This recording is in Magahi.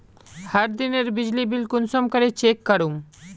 हर दिनेर बिजली बिल कुंसम करे चेक करूम?